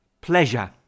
Pleasure